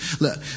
Look